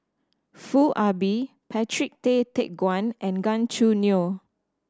Foo Ah Bee Patrick Tay Teck Guan and Gan Choo Neo